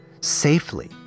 safely